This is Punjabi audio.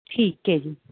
ਠੀਕ ਹੈ ਜੀ